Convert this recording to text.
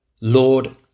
Lord